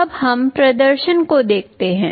अब हम प्रदर्शन को देखते हैं